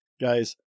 Guys